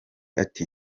ati